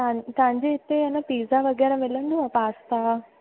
ता तव्हांजे हिते आहे न पिज़्ज़ा वग़ैरह मिलंदो आहे पास्ता